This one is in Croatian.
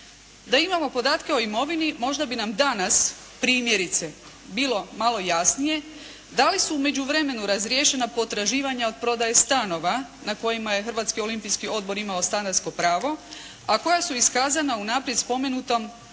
Da imamo podatke o imovini možda bi nam danas primjerice bilo malo jasnije da li su u međuvremenu razriješena potraživanja od prodaje stanova na kojima je Hrvatski olimpijski odbor imao stanarsko pravo a koja su iskazana unaprijed spomenutom